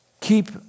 keep